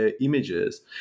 images